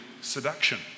seduction